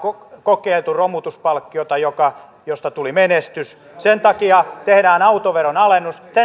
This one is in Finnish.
kokeiltu romutuspalkkiota josta tuli menestys sen takia tehdään autoveron alennus